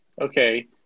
Okay